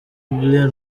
blair